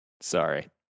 sorry